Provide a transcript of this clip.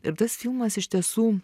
ir tas filmas iš tiesų